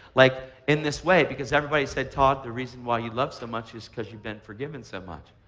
like in this way because everybody said, todd, the reason why you love so much is because you've been forgiven so much.